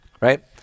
right